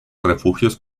refugios